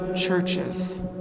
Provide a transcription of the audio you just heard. churches